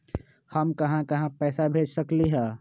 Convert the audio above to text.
हम कहां कहां पैसा भेज सकली ह?